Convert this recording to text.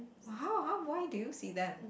[wah] how how why do you see them